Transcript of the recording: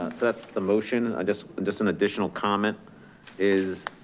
that's the motion. i just just an additional comment is.